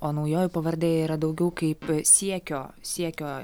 o naujoji pavardė yra daugiau kaip siekio siekio